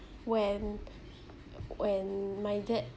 when when my dad